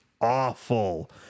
awful